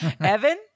Evan